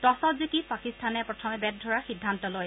টছত জিকি পাকিস্তানে প্ৰথমে বেট ধৰাৰ সিদ্ধান্ত লয়